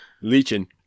leeching